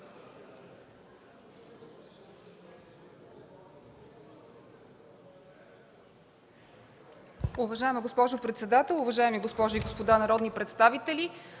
Уважаема госпожо председател, уважаеми госпожи и господа народни представители!